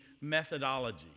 methodology